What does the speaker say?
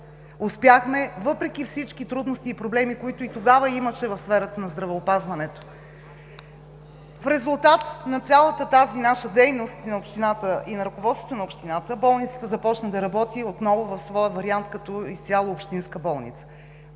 Успяхме, въпреки всички трудности и проблеми, които и тогава имаше в сферата на здравеопазването. В резултат на цялата тази наша дейност – на общината, и на ръководството на общината, болницата започна да работи отново в своя вариант като изцяло общинска болница.